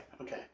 Okay